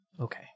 okay